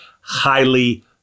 highly